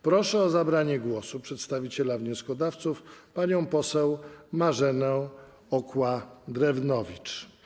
Proszę o zabranie głosu przedstawiciela wnioskodawców panią poseł Marzenę Okła-Drewnowicz.